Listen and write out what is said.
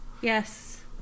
Yes